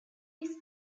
his